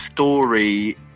story